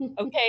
Okay